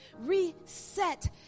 reset